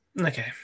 Okay